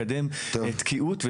מקדם תקיעות,